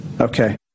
Okay